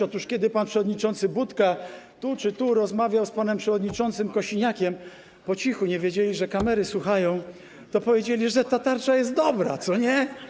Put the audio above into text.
Otóż kiedy pan przewodniczący Budka tu czy tu rozmawiał z panem przewodniczącym Kosiniakiem, po cichu, nie wiedząc, że kamery słuchają, nagrywają, to było powiedziane, że: ta tarcza jest dobra, co nie?